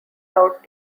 out